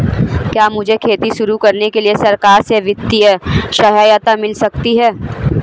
क्या मुझे खेती शुरू करने के लिए सरकार से वित्तीय सहायता मिल सकती है?